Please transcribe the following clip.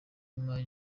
w’imari